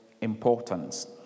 importance